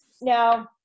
Now